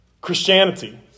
Christianity